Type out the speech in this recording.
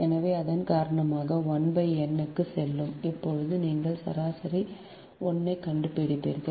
எனவே அதன் காரணமாக ஒன்று 1 n க்குச் செல்லும் அப்போது நீங்கள் சராசரி 1 ஐக் கண்டுபிடிப்பீர்கள்